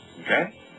Okay